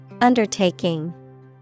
Undertaking